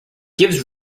gives